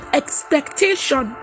expectation